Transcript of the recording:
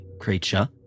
creature